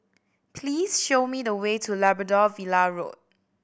please show me the way to Labrador Villa Road